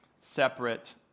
separate